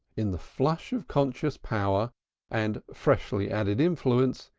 in the flush of conscious power and freshly added influence,